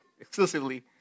exclusively